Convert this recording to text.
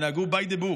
שנהגו by the book